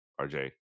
rj